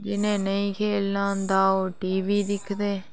जिनें नेईं खेलना होंदा ओह् टीवी दिखदे